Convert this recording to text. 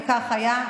וכך היה.